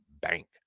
bank